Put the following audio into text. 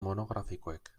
monografikoek